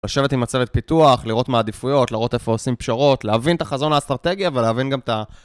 לשבת עם הצוות פיתוח, לראות מה העדיפויות, לראות איפה עושים פשרות, להבין את החזון האסטרטגיה ולהבין גם את ה...